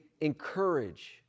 encourage